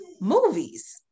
movies